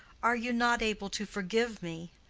are you not able to forgive me?